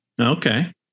Okay